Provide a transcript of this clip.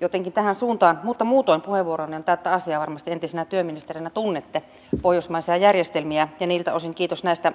jotenkin tähän suuntaan mutta muutoin puheenvuoronne on täyttä asiaa varmasti entisenä työministerinä tunnette pohjoismaisia järjestelmiä ja niiltä osin kiitos näistä